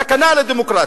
הסכנה לדמוקרטיה.